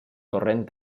torrent